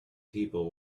people